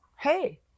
Hey